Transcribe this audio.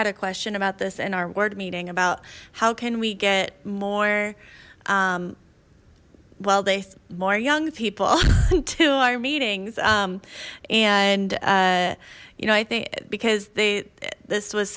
had a question about this in our word meeting about how can we get more well base more young people to our meetings and you know i think because they this was